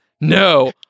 no